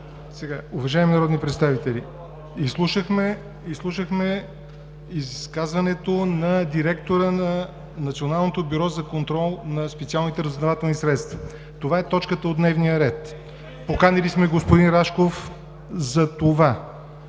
НОТЕВ: Уважаеми народни представители, изслушахме изказването на директора на Националното бюро за контрол на специалните разузнавателни средства. Това е точката от дневния ред. Поканили сме господин Рашков за това.